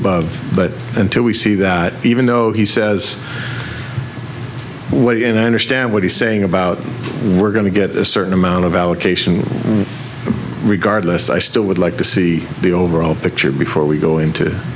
above but until we see that even though he says what he and i understand what he's saying about we're going to get a certain amount of allocation regardless i still would like to see the overall picture before we go into